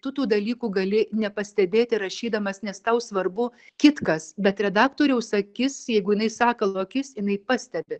tu tų dalykų gali nepastebėti rašydamas nes tau svarbu kitkas bet redaktoriaus akis jeigu jinai sakalo akis jinai pastebi